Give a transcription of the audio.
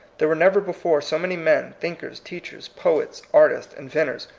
there were never before so many men, thinkers, teachers, poets, artists, inventors,